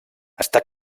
està